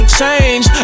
change